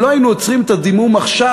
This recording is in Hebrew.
אם לא היינו עוצרים את הדימום עכשיו,